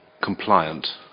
compliant